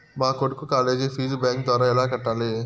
మా కొడుకు college fees bank ద్వారా ఎలా కట్టాలి?